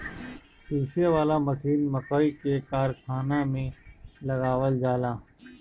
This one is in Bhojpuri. पीसे वाला मशीन मकई के कारखाना में लगावल जाला